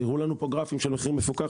הראו לנו גרפים של המחיר המפוקח.